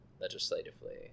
legislatively